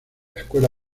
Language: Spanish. escuela